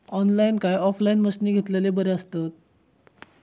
Online काय offline मशीनी घेतलेले बरे आसतात?